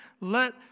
let